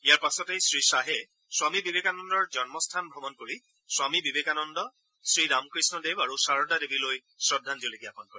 ইয়াৰ পাছতেই শ্ৰীশ্বাহে স্বামী বিবেকানন্দৰ জন্মস্থান ভ্ৰমণ কৰি স্বামী বিবেকানন্দ শ্ৰীৰাম কৃষ্ণ দেৱ আৰু সাৰদা দেৱীলৈ শ্ৰদ্ধাঞ্জলি জাপন কৰে